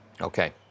Okay